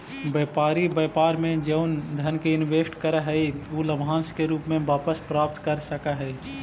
व्यापारी व्यापार में जउन धन के इनवेस्ट करऽ हई उ लाभांश के रूप में वापस प्राप्त कर सकऽ हई